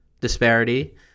disparity